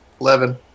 Eleven